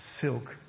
silk